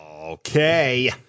Okay